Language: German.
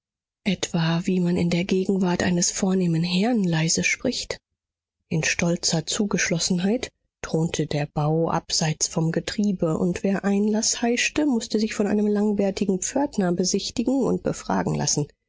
etwa wie man in der gegenwart eines vornehmen herrn leise spricht in stolzer zugeschlossenheit thronte der bau abseits vom getriebe und wer einlaß heischte mußte sich von einem langbärtigen pförtner besichtigen und befragen lassen